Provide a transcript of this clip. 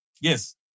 Yes